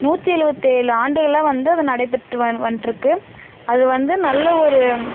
நூற்றி எழுவத்தேலு ஆண்டுகளாக வந்து அது நடைபெற்று வ வந்துட்டு இருக்குது அது வந்து நல்ல ஒரு